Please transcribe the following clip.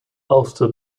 ulster